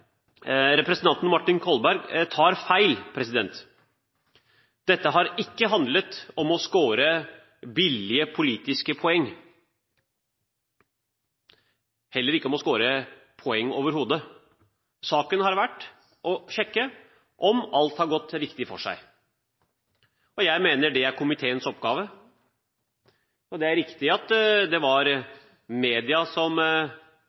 representanten Martin Kolberg tar feil. Dette har ikke handlet om å score billige politiske poenger, heller ikke om å score poeng overhodet. Saken har gjeldt å sjekke om alt har gått riktig for seg. Jeg mener det er komiteens oppgave. Det er riktig at det var media som